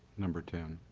number ten.